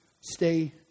Stay